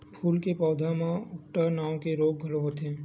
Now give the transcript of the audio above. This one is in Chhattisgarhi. फूल के पउधा म उकठा नांव के रोग घलो होथे